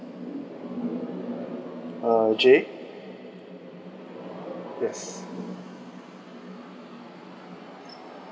uh jay yes